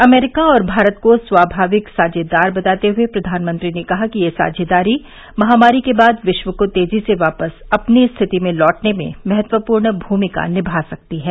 America और भारत को स्वाभाविक साझेदार बताते हुए प्रधानमंत्री ने कहा कि ये साझेदारी महामारी के बाद विश्व को तेजी से वापस अपनी स्थिति में लौटने में महत्वपूर्ण भूमिका निभा सकती है